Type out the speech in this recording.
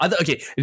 Okay